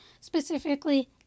specifically